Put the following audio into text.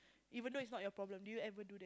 even though it's not your problem do you ever do